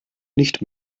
nicht